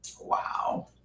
Wow